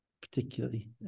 particularly